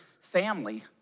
family